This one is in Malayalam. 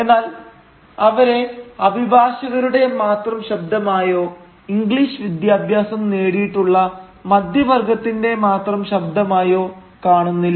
എന്നാൽ അവരെ അഭിഭാഷകരുടെ മാത്രം ശബ്ദമായോ ഇംഗ്ലീഷ് വിദ്യാഭ്യാസം നേടിയിട്ടുള്ള മധ്യവർഗ്ഗത്തിന്റെ മാത്രം ശബ്ദമായോ കാണുന്നില്ല